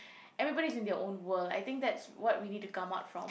everybody's in their own world I think that's what we need to come out from